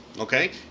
Okay